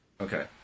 Okay